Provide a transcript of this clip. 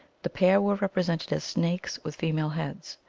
the pair were represented as snakes with fe male heads.